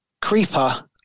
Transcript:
Creeper